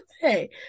Hey